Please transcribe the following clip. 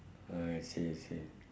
I see I see